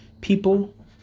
people